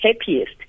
happiest